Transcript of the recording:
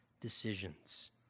decisions